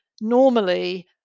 normally